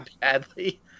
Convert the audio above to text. badly